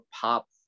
pop